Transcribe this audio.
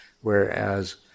Whereas